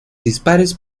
dispares